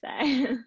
say